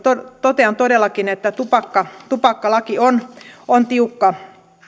totean todellakin että tupakkalaki on on tiukka